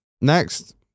next